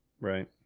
Right